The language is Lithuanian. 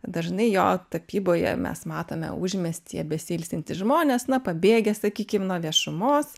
dažnai jo tapyboje mes matome užmiestyje besiilsintys žmonės na pabėgęs sakykim nuo viešumos